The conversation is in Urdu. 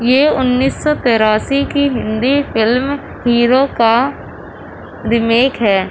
یہ انیس سو تراسی کی ہندی فلم ہیرو کا ریمیک ہے